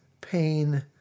pain